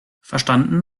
verstanden